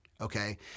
Okay